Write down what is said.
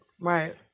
Right